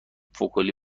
فکلی